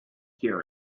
hear